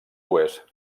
oest